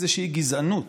לאיזושהי גזענות